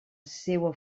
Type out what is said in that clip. seua